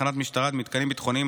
תחנות משטרה ומתקנים ביטחוניים),